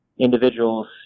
individuals